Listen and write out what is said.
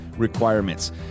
Requirements